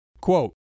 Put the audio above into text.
Quote